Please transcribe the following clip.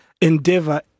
endeavor